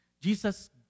Jesus